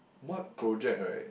what project right